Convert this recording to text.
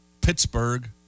Pittsburgh